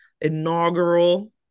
inaugural